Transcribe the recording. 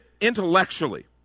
intellectually